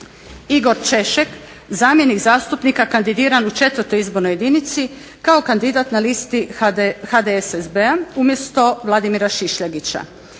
Igor Češek zamjenik zastupnika kandidiran u 4. izbornoj jedinici kao kandidat na listi HDSSB-a umjesto Vladimira Šišljagića,